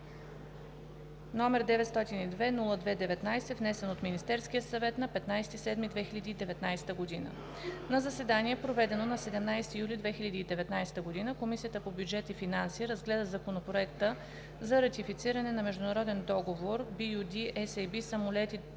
№ 902-02-19, внесен от Министерския съвет на 15 юли 2019 г. На заседание, проведено на 17 юли 2019 г., Комисията по бюджет и финанси разгледа Законопроекта за ратифициране на международен договор (LOA) BU-D-SAB „Самолети